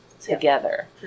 together